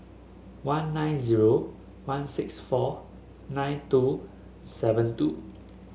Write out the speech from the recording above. one nine zero one six four nine two seven two